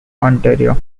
ontario